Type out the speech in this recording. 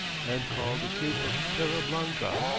and called the cape of pera blanca.